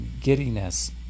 giddiness